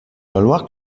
valoir